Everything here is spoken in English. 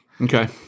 Okay